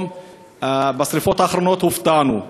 ובשרפות האחרונות פתאום הופתענו.